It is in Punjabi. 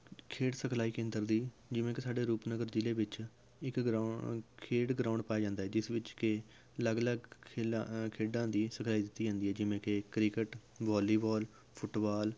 ਖੇਡ ਸਿਖਲਾਈ ਕੇਂਦਰ ਦੀ ਜਿਵੇਂ ਕਿ ਸਾਡੇ ਰੂਪਨਗਰ ਜ਼ਿਲ੍ਹੇ ਵਿੱਚ ਇੱਕ ਗ੍ਰਾਂ ਖੇਡ ਗ੍ਰਾਊਂਡ ਪਾਇਆ ਜਾਂਦਾ ਹੈ ਜਿਸ ਵਿੱਚ ਕਿ ਅਲੱਗ ਅਲੱਗ ਖੇਲਾਂ ਖੇਡਾਂ ਦੀ ਸਿਖਲਾਈ ਦਿੱਤੀ ਜਾਂਦੀ ਹੈ ਜਿਵੇਂ ਕਿ ਕ੍ਰਿਕਟ ਵਾਲੀਬੋਲ ਫੁੱਟਬਾਲ